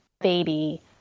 baby